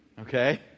Okay